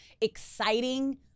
exciting